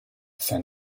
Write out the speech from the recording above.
fin